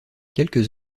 quelques